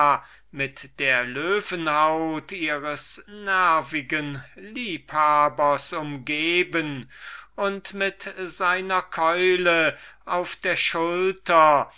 mit der löwen haut ihres nervichten liebhabers umgeben und mit seiner keule auf der schulter